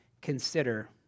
consider